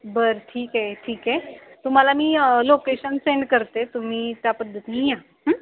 बरं ठीक आहे ठीक आहे तुम्हाला मी लोकेशन सेंड करते तुम्ही त्या पद्धतीने या